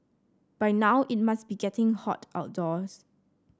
by now it must be getting hot outdoors